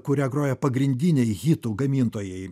kurią groja pagrindiniai hitų gamintojai